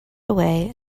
away